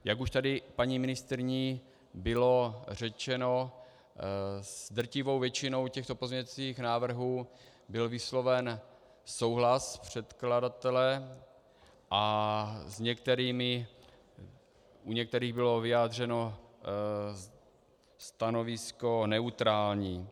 Jak už tady paní ministryní bylo řečeno, s drtivou většinou těchto pozměňovacích návrhů byl vysloven souhlas předkladatele a u některých bylo vyjádřeno stanovisko neutrální.